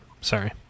sorry